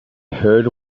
heard